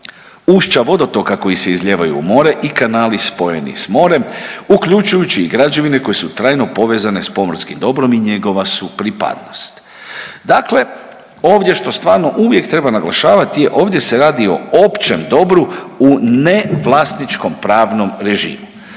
ušća vodotoka koja se izlijevaju u more i kanali spojeni s morem, uključujući i građevine koje su trajno povezane s pomorskim dobrom i njegova su pripadnost. Dakle, ovdje što stvarno uvijek treba naglašavati je, ovdje se radi o općem dobru u nevlasničkom pravnom režimu.